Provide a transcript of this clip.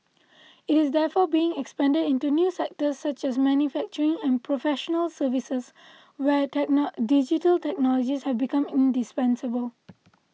it is therefore being expanded into new sectors such as manufacturing and professional services where digital technologies have become indispensable